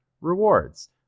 rewards